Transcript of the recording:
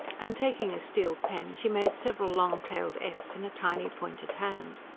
and taking a steel pen she made several long-tailed f's, in a tiny, pointed hand.